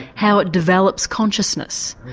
how it develops consciousness.